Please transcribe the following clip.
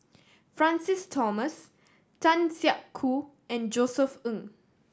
Francis Thomas Tan Siak Kew and Josef Ng